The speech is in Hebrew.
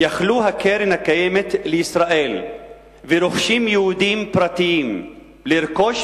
יכלו הקרן הקיימת לישראל ורוכשים יהודים פרטיים לרכוש